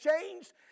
changed